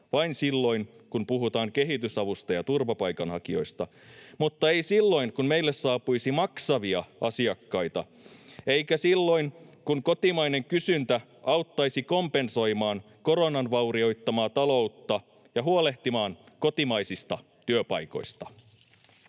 vain silloin, kun puhutaan kehitysavusta ja turvapaikanhakijoista, mutta ei silloin, kun meille saapuisi maksavia asiakkaita, eikä silloin, kun kotimainen kysyntä auttaisi kompensoimaan koronan vaurioittamaa taloutta ja huolehtimaan kotimaisista työpaikoista.